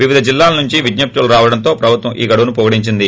వివిధ జిల్లాల నుంచి విజ్ఞప్పులు రావడంతో ప్రభుత్వం ఈ గడువును పొడిగించింది